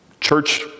Church